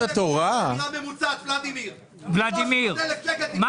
--- ולדימיר, אני